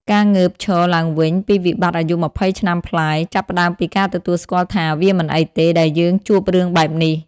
ការងើបឈរឡើងវិញពីវិបត្តិអាយុ២០ឆ្នាំប្លាយ ចាប់ផ្តើមពីការទទួលស្គាល់ថា "វាមិនអីទេ ដែលយើងជួបរឿងបែបនេះ"។